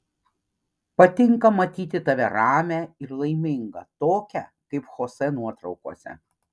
patinka matyti tave ramią ir laimingą tokią kaip chosė nuotraukose